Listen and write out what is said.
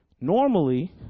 Normally